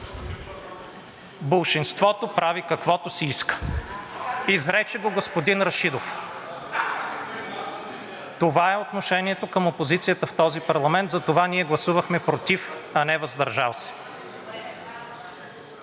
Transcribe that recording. „Болшинството прави каквото си иска.“ Изрече го господин Рашидов. (Шум и реплики.) Това е отношението към опозицията в този парламент, затова ние гласувахме „против“, а не „въздържал се“.